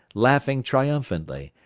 laughing triumphantly,